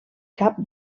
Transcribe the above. cap